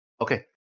okay